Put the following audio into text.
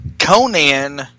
Conan